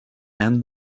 and